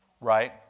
Right